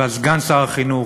וסגן שר החינוך,